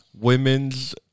women's